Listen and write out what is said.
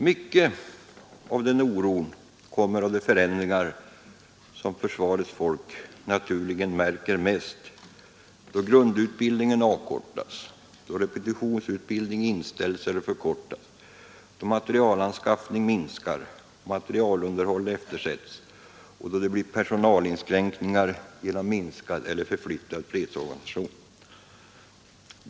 Mycket av oron kommer av de förändringar som försvarets folk naturligen märker mest då grundutbildningen avkortas, då repetitionsutbildningen inställes eller förkortas, då materielanskaffningen minskas och materielunderhållet eftersätts och det blir personalinskränkningar genom minskad eller förflyttad fredsorganisation.